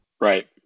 Right